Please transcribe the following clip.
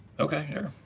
okay.